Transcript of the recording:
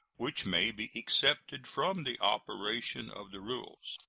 which may be excepted from the operation of the rules.